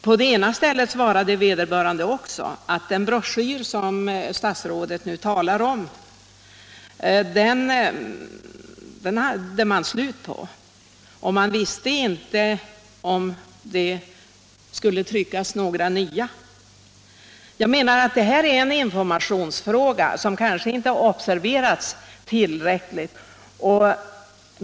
På den ena polismyndigheten svarade man också att den broschyr som statsrådet nu talar om hade tagit slut och att man inte visste, om det skulle tryckas några nya exemplar. Jag menar att detta är en informationsfråga som kanske inte observerats tillräckligt.